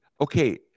Okay